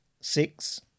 six